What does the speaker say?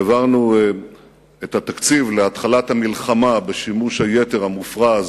העברנו את התקציב להתחלת המלחמה בשימוש היתר המופרז,